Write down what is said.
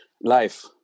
life